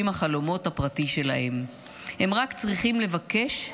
החלומות הפרטי שלהם: הם רק צריכים לבקש,